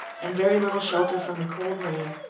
and very little shelter from the cold rain,